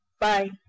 Bye